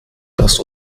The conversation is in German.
das